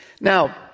Now